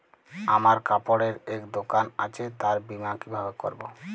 আমার কাপড়ের এক দোকান আছে তার বীমা কিভাবে করবো?